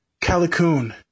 Calicoon